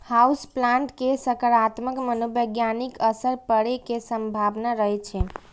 house plant के सकारात्मक मनोवैज्ञानिक असर पड़ै के संभावना रहै छै